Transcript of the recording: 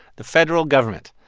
the federal government.